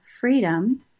freedom